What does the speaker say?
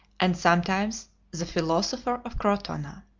and sometimes the philosopher of crotona.